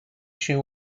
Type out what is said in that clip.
się